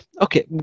okay